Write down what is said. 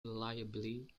reliably